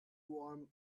warm